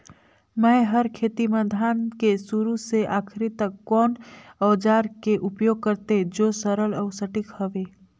मै हर खेती म धान के शुरू से आखिरी तक कोन औजार के उपयोग करते जो सरल अउ सटीक हवे?